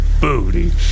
booty